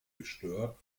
gestört